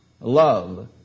love